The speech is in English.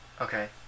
okay